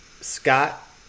Scott